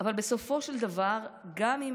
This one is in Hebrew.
אבל בסופו של דבר, גם אם